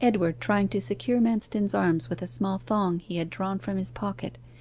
edward trying to secure manston's arms with a small thong he had drawn from his pocket,